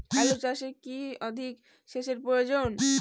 আলু চাষে কি অধিক সেচের প্রয়োজন?